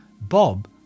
Bob